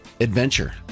adventure